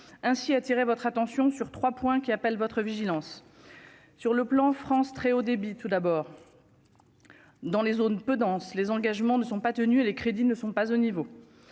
ainsi attirer votre attention sur 3 points qui appelle votre vigilance sur le plan France très Haut débit : tout d'abord dans les zones peu denses, les engagements ne sont pas tenus les crédits ne sont pas au niveau